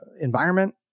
environment